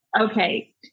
Okay